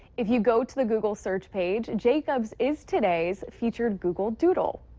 if you go to the google search page, jacobs is today's featured google doodle.